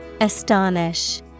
Astonish